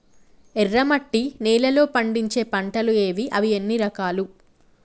ఎర్రమట్టి నేలలో పండించే పంటలు ఏవి? అవి ఎన్ని రకాలు?